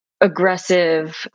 aggressive